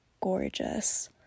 gorgeous